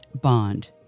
Bond